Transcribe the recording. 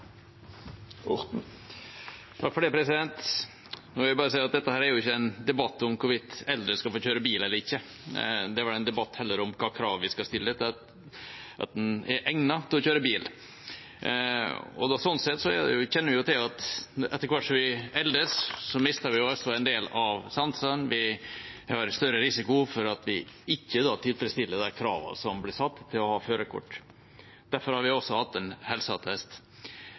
Takk så lenge. Jeg vil bare si at dette ikke er en debatt om hvorvidt eldre skal få kjøre bil eller ikke. Det er heller en debatt om hvilke krav vi skal stille til at man er egnet til å kjøre bil. Vi kjenner til at etter hvert som vi eldes, mister vi en del av sansene. Det er større risiko for at vi ikke tilfredsstiller de kravene som blir satt til å ha førerkort. Derfor har vi også hatt et krav om helseattest.